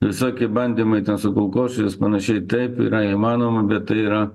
visoki bandymai su kulkosvaidžiais panašiai taip yra įmanoma bet yra